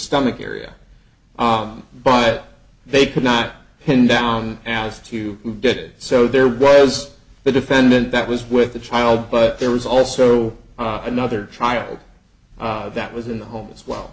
stomach area ob but they could not pin down as to who did so there was the defendant that was with the child but there was also another child ah that was in the home as well